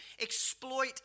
exploit